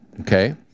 okay